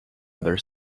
other